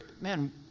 Man